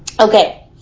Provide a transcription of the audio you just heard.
Okay